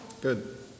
Good